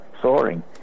soaring